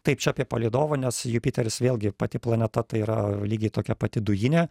taip čia apie palydovą nes jupiteris vėlgi pati planeta tai yra lygiai tokia pati dujinė